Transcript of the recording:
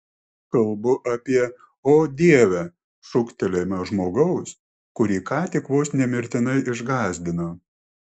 kalbu apie o dieve šūktelėjimą žmogaus kurį ką tik vos ne mirtinai išgąsdino